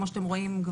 כמו שאתם רואים,